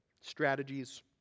strategies